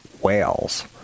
whales